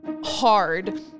hard